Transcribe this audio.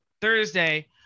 Thursday